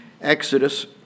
Exodus